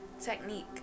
technique